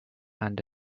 and